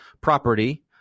property